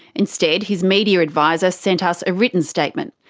instead, his media adviser sent us a written statement.